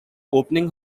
opening